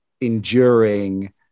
enduring